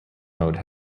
mode